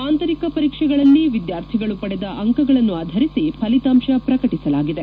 ಆಂತರಿಕ ಪರೀಕ್ಷೆಗಳಲ್ಲಿ ವಿದ್ವಾರ್ಥಿಗಳು ಪಡೆದ ಅಂಕಗಳನ್ನು ಆಧರಿಸಿ ಫಲಿತಾಂಶ ಪ್ರಕಟಿಸಲಾಗಿದೆ